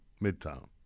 midtown